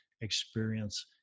experience